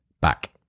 back